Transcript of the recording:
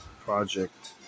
project